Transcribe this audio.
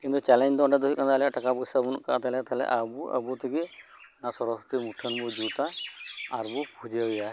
ᱠᱤᱱᱛᱩ ᱠᱟᱨᱚᱱ ᱫᱚ ᱦᱳᱭᱳᱜ ᱠᱟᱱᱟ ᱴᱟᱠᱟ ᱯᱚᱭᱥᱟ ᱵᱟᱹᱱᱩᱜ ᱟᱠᱟᱫ ᱛᱟᱞᱮᱭᱟ ᱟᱵᱚ ᱟᱵᱚ ᱛᱮᱜᱮ ᱥᱚᱨᱚᱥᱚᱛᱤ ᱢᱩᱴᱷᱟᱹᱱ ᱵᱚᱱ ᱡᱩᱛᱟ ᱟᱨ ᱵᱚᱱ ᱯᱩᱡᱟᱹ ᱟᱭᱟ